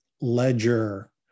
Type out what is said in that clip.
ledger